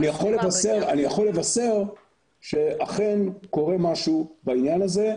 אני יכול לבשר שאכן קורה משהו בעניין הזה.